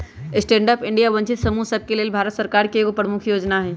stand up India वंचित समूह सभके लेल भारत सरकार के एगो प्रमुख जोजना हइ